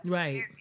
right